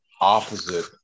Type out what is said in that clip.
opposite